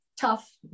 tough